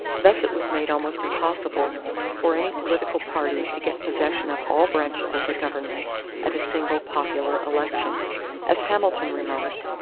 thus it was made almost impossible for any political party to get possession of all branches of the government at a single popular election as hamilton remarked,